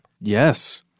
yes